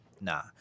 Nah